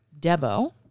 Debo